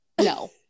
no